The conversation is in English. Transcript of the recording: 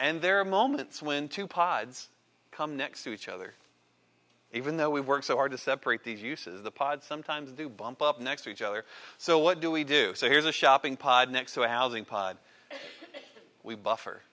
and there are moments when two pods come next to each other even though we work so hard to separate these uses the pods sometimes do bump up next to each other so what do we do so here's a shopping pod next to a housing pod we buffer